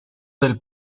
del